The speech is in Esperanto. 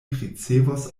ricevos